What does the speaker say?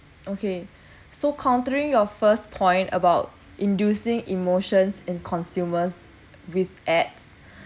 okay so countering your first point about inducing emotions in consumers with ads